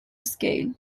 scale